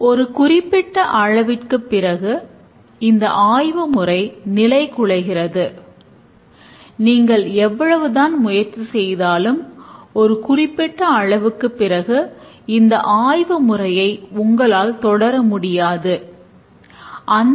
தற்போது கட்டமைக்கப்பட்ட பகுப்பாய்வு மற்றும் வடிவமைப்பு பற்றிய விவாதத்திற்குச் செல்வோம்